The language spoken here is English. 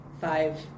five